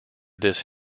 this